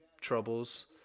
troubles